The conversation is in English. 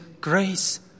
grace